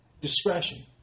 Discretion